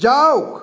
যাওক